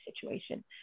situation